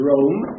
Rome